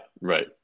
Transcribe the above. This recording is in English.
Right